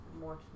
more